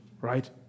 Right